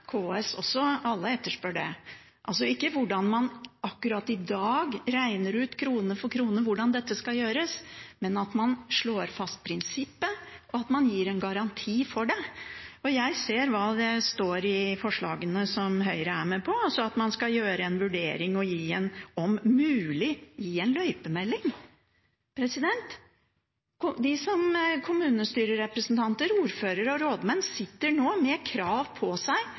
KS og alle etterspør det – ikke hvordan man akkurat i dag regner ut krone for krone hvordan dette skal gjøres, men at man slår fast prinsippet, og at man gir en garanti for det. Jeg ser hva som står i forslagene som Høyre er med på. Man skal gjøre en vurdering og «om mulig gi en løypemelding». Kommunestyrerepresentanter, ordførere og rådmenn sitter nå med krav på seg